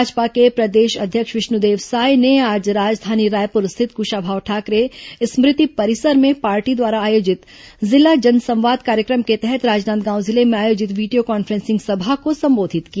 भाजपा के प्रदेश अध्यक्ष विष्णुदेव साय ने आज राजधानी रायपुर स्थित कुशाभा ऊ ठाकरे स्मृति परिसर में पार्टी द्वारा आयोजित जिला जनसंवाद कार्य क्र म के तहत राजनांदगांव जिले में आयोजित वीडियो कॉन फ्रें सिंग सभा को संबोधित किया